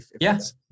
Yes